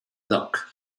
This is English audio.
dock